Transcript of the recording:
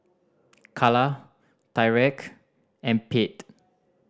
Calla Tyreke and Pate